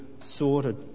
sorted